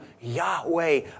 Yahweh